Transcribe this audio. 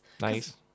Nice